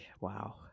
Wow